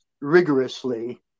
rigorously